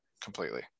Completely